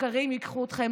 השקרים ייקחו אתכם